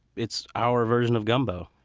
it's our version of gumbo.